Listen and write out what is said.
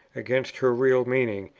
against her real meaning,